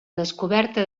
descoberta